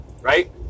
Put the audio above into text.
right